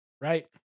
right